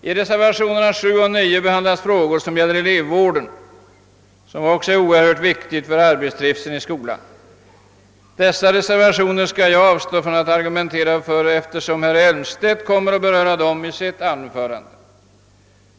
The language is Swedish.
I reservationerna 7 och 9 behandlas frågor som gäller elevvården, som är mycket viktig för arbetstrivseln i skolan. Jag skall emellertid avstå från att argumentera för de reservationerna, eftersom herr Elmstedt kommer att beröra dem i sitt anförande.